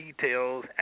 details